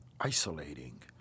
isolating